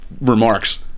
remarks